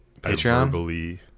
Patreon